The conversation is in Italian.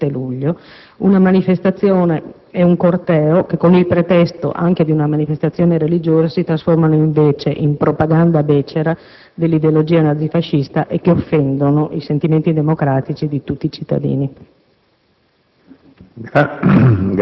del prossimo anno, una manifestazione e un corteo che, con il pretesto anche di una manifestazione religiosa, si trasformano invece in propaganda becera dell'ideologia nazifascista e offendono i sentimenti democratici di tutti i cittadini.